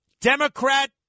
democrat